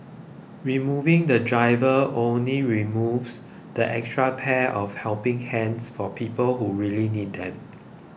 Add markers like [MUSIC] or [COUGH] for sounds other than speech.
removing the driver only removes that extra pair of helping hands for people who really need them [NOISE]